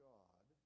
God